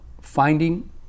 finding